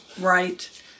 right